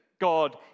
God